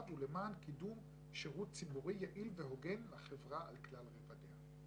ולמען קידום שירות ציבורי יעיל והוגן לחברה על כלל רבדיה.